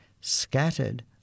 scattered